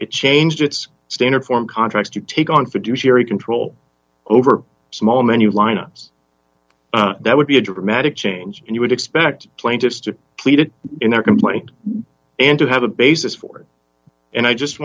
it changed its standard form contracts to take on fiduciary control over small menu lineups that would be a dramatic change and you would expect plaintiffs to plead it in their complaint and to have a basis for it and i just